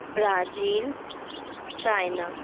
Brazil China